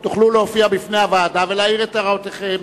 להופיע בפני הוועדה ולהעיר את הערותיכם.